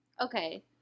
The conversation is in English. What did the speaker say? okay